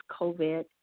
COVID